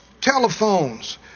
telephones